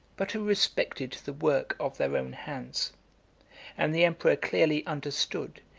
but who respected the work of their own hands and the emperor clearly understood,